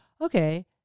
okay